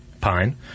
pine